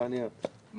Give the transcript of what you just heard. תעני את, בבקשה.